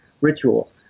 ritual